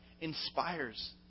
inspires